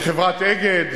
חברת "אגד",